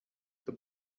the